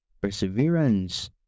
perseverance